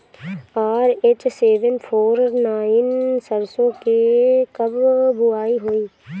RH seven four nine सरसो के कब बुआई होई?